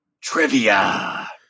trivia